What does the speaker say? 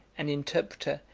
an interpreter,